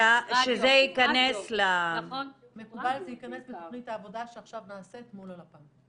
זה יכנס בתכנית העבודה שעכשיו נעשית מול הלפ"מ.